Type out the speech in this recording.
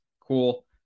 cool